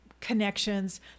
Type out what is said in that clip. connections